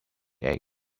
egg